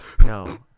No